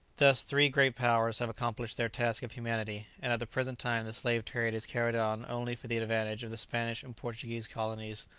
thus, three great powers have accomplished their task of humanity, and at the present time the slave-trade is carried on only for the advantage of the spanish and portuguese colonies,